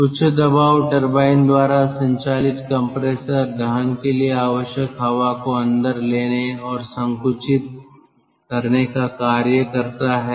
उच्च दबाव टरबाइन द्वारा संचालित कंप्रेसर दहन के लिए आवश्यक हवा को अंदर लेने और संकुचित करने का कार्य करता है